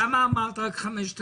למה אמרת רק 5,000?